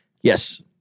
Yes